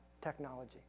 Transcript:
technology